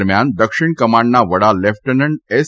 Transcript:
દરમિયાન દક્ષિણ કમાન્ડના વડા લેફટર્નટ એસ